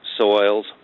soils